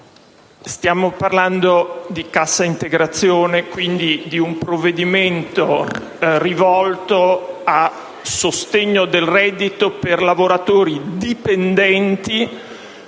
stiamo parlando di cassa integrazione, quindi di un provvedimento rivolto a sostegno del reddito per lavoratori dipendenti